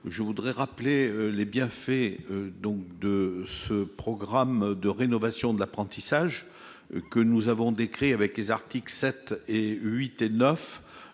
Je tiens à rappeler les bienfaits du programme de rénovation de l'apprentissage que nous avons défini aux articles 7, 8 et 9